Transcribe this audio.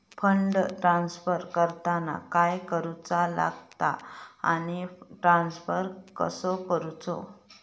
Fund transfer करताना काय करुचा लगता आनी ट्रान्स्फर कसो करूचो?